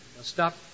stop